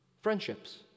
friendships